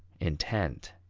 intent,